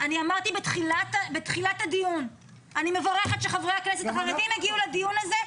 אמרתי בתחילת הדיון שאני מברכת שחברי הכנסת החרדים הגיעו לדיון הזה.